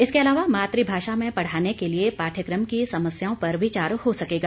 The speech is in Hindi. इसके अलावा मातृभाषा में पढ़ाने के लिए पाठ्यक्रम की समस्याओं पर विचार हो सकेगा